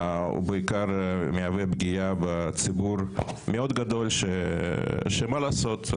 הוא בעיקר מהווה פגיעה בציבור מאוד גדול שמה לעשות,